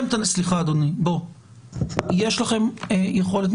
יש לכם יכולת,